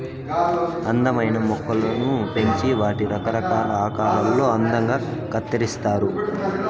అందమైన మొక్కలను పెంచి వాటిని రకరకాల ఆకారాలలో అందంగా కత్తిరిస్తారు